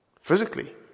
Physically